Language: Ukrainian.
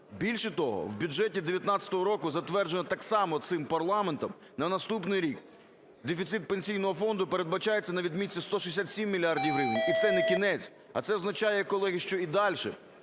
Більше того, в бюджеті 2019 року затверджено так само цим парламентом на наступний рік, дефіцит Пенсійного фонду передбачається на відмітці 167 мільярдів гривень, і це не кінець. А це означає, колеги, що і дальше